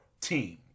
team